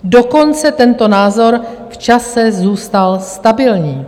Dokonce tento názor v čase zůstal stabilní.